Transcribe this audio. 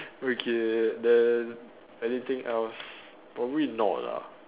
okay then anything else probably not lah